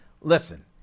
Listen